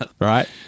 right